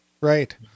Right